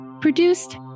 Produced